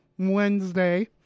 Wednesday